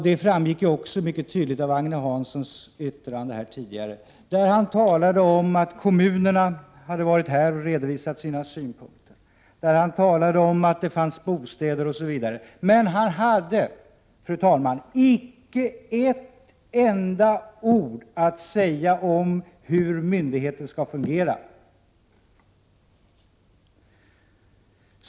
Detta framgick också mycket tydligt av Agne Hanssons anförande tidigare, där han talade om att kommunerna hade varit här och redovisat sina synpunkter, att det fanns bostäder, osv. Men, fru talman, han hade icke ett enda ord att säga om hur myndigheten skall fungera.